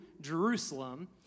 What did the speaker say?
Jerusalem